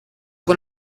con